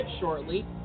shortly